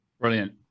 Brilliant